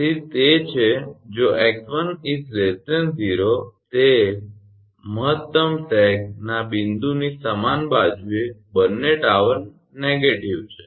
તેથી તે છે જો 𝑥1 0 તે મહત્તમ સેગના બિંદુની સમાન બાજુએ બંને ટાવર નકારાત્મક છે